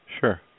Sure